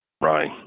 right